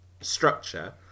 structure